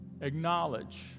acknowledge